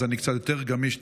אז אני קצת יותר גמיש,